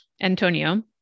Antonio